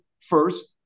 first